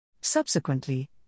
Subsequently